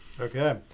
Okay